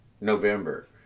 November